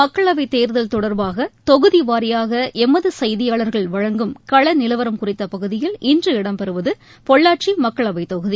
மக்களவைத் தேர்தல் தொடர்பாக தொகுதி வாரியாக எமது செய்தியாளர்கள் வழங்கும் கள நிலவரம் குறித்த பகுதியில் இன்று இடம்பெறுவது பொள்ளாச்சி மக்களவைத் தொகுதி